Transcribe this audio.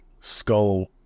skull